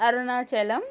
Arunachalam